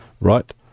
right